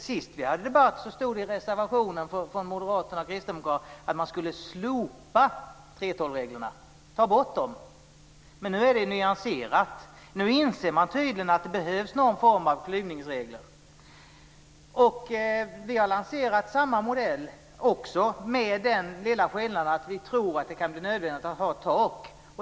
Sist vi hade en debatt stod det i reservationen från moderaterna och kristdemokraterna att man skulle slopa 3:12-reglerna, ta bort dem. Men nu är det nyanserat. Nu inser man tydligen att det behövs någon form av klyvningsregler. Vi har lanserat samma modell med den lilla skillnaden att vi tror att det kan bli nödvändigt att ha tak.